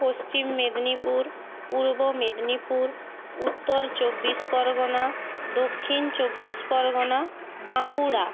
পশ্চিম মেদিনীপুর পূর্ব মেদিনীপুর উত্তর চব্বিশ পরগনা দক্ষিণ চব্বিশ পরগনা বাঁকুড়া